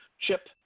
chip